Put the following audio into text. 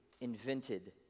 invented